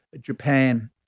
Japan